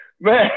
Man